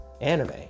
anime